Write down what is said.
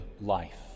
life